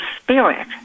spirit